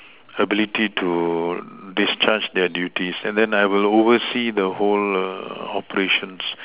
ability to discharge their duties and then I will oversee the whole err operations